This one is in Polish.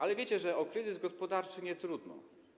Ale wiecie, że o kryzys gospodarczy nietrudno.